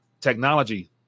technology